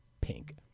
Pink